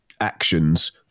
actions